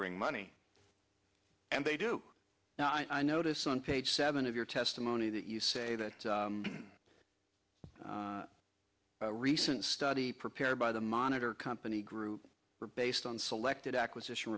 bring money and they do now i notice on page seven of your testimony that you say that a recent study prepared by the monitor company group were based on selected acquisition